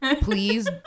Please